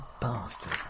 bastard